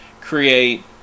create